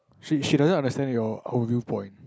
she she doesn't understand your our viewpoint